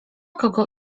kogo